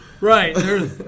right